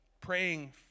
Praying